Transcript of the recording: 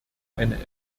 eine